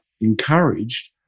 encouraged